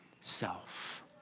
self